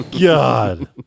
God